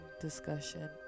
discussion